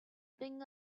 bring